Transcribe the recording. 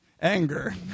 Anger